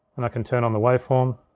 and i can turn on the waveform.